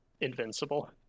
invincible